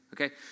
okay